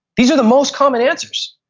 these are the most common answers.